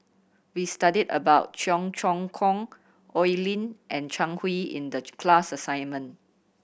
we studied about Cheong Choong Kong Oi Lin and Zhang Hui in the class assignment